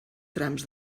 trams